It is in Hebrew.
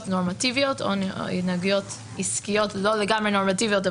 נורמטיביות או התנהגות עסקיות לא לגמרי נורמטיביות,